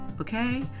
Okay